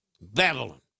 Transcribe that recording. Babylon